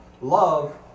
Love